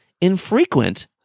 infrequent